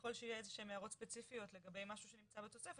ככל שיהיו אילו שהן הערות ספציפיות לגבי מה שנמצא בתוספת,